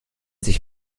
sich